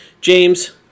James